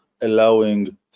allowing